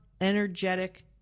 energetic